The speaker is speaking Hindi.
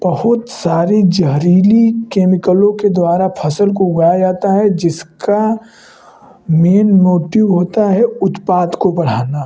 बहुत सारे ज़हरीले केमिकलों के द्वारा फ़सल को उगाया जाता है जिसका मेंन मोटिव होता है उत्पाद को बढ़ाना